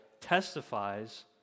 testifies